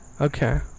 Okay